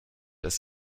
dass